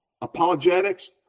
apologetics